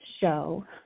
show